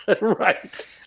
Right